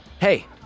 Hey